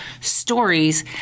stories